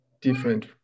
different